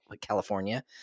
California